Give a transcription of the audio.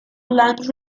land